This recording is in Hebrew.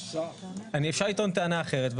אפשר לטעון טענה אחרת.